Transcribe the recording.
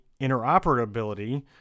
interoperability